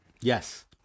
Yes